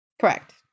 Correct